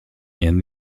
and